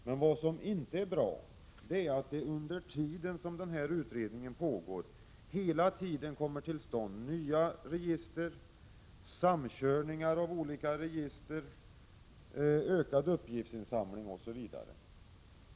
Men vad som inte är bra är att under tiden som utredningen pågår kommer det hela tiden till stånd nya register, samkörningar av olika register, ökad uppgiftsinsamling osv.